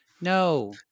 No